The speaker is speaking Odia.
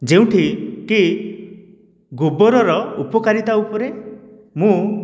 ଯେଉଁଠି କି ଗୋବରର ଉପକାରିତା ଉପରେ ମୁଁ